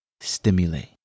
stimulate